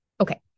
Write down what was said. Okay